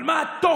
אבל מה התוכן?